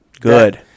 good